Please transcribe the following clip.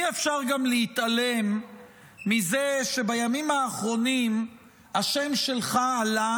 אי-אפשר גם להתעלם מזה שבימים האחרונים השם שלך עלה